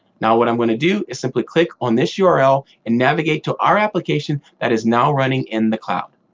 now, what i'm going to do is simply click on this yeah url and navigate to our application that is now running in the cloud.